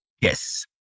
Yes